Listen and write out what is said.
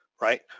right